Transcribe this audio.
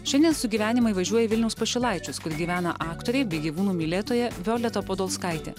šiandien sugyvenimai važiuoja į vilniaus pašilaičius kur gyvena aktorė bei gyvūnų mylėtoja violeta podolskaitė